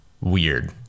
weird